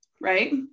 right